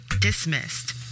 dismissed